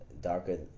darker